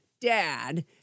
Dad